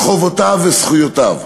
על חובותיו וזכויותיו.